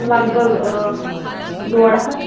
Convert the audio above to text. لگ بَگ ڈۄڈ ہَتھ